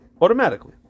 Automatically